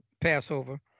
Passover